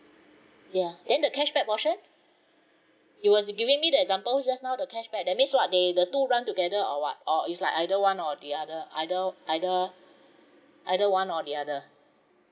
ya then the cashback portion you wasn't giving me the example just now the cashback that means what they the two run together or what or it's like either one or the other either either either one or the other